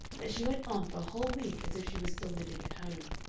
that she went on for a whole week as if she was still living at home.